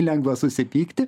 lengva susipykti